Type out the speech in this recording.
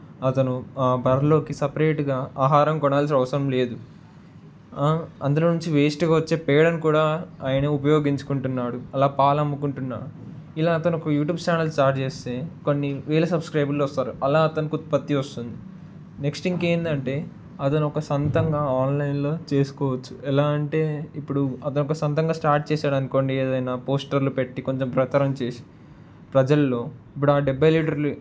అతను ఆ బర్రేలకి సపరేట్గా ఆహారం కొనాల్సిన అవసరం లేదు అందులో నుంచి వేస్ట్గా వచ్చే పేడను కూడా ఆయన ఉపయోగించుకుంటున్నాడు అలా పాలు అమ్ముకుంటున్న ఇలా అతను ఒక యూట్యూబ్ ఛానల్ స్టార్ట్ చేస్తే కొన్ని వేల సబ్స్క్రైబర్లు వస్తారు అలా అతనికి ఉత్పత్తి వస్తుంది నెక్స్ట్ ఇంకేంటంటే అతను ఒక సొంతంగా ఆన్లైన్లో చేసుకోవచ్చు ఎలా అంటే ఇప్పుడు అతను సొంతంగా స్టార్ట్ చేశాడనుకోండి ఏదైనా పోస్టర్లు పెట్టి కొంచెం ప్రచారం చేసి ప్రజల్లో ఇప్పుడు ఆ డెబ్బై లీటర్లు